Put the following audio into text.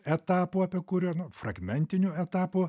etapų apie kurių nu fragmentinių etapų